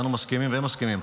שאנו משכימים והם משכימים.